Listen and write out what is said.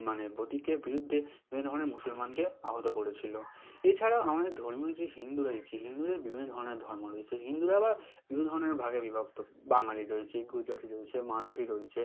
মানে বিরুদ্ধে বিভিন্ন ধরনের মুসলমানকে আহত করেছিল এছাড়া আমাদের ধর্মীয় যে হিন্দু রয়েছে হিন্দুদের বিভিন্ন ধরনের ধর্ম রয়েছে হিন্দুরা আবার বিভিন্ন ধরনের ভাগে বিভক্ত বাঙালি রয়েছে গুজরাটি রয়েছে মারাঠি রয়েছে